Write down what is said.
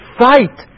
fight